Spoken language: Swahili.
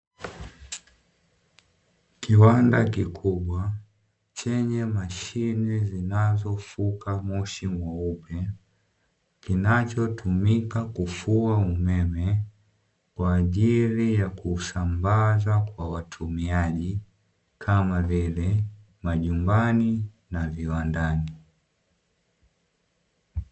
Kiwanda kikubwa chenye mashine zinazofuka moshi mweupe, kinachotumika kufua umeme kwa ajili ya kuusambaza kwa watumiaji kama vile majumbani na viwandani.